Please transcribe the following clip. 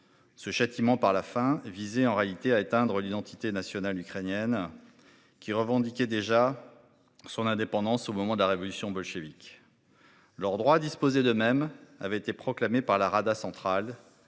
Ce châtiment par la enfin visait en réalité à éteindre l'identité nationale ukrainienne. Qui revendiquait déjà. Son indépendance au moment de la révolution bolchévique. Leur droit à disposer d'eux-mêmes avaient été proclamée par la Rada central